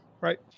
right